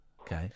Okay